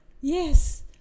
yes